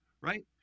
right